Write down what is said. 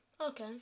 Okay